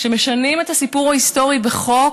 כשמשנים את הסיפור ההיסטורי בחוק,